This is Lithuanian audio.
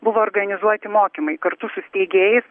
buvo organizuoti mokymai kartu su steigėjais